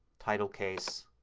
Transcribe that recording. title case,